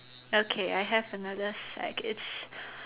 okay I have another sack it's